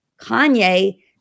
Kanye